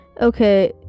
okay